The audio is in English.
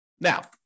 Now